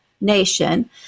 nation